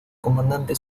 comandante